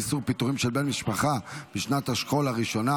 איסור פיטורים של בן משפחה בשנת השכול הראשונה),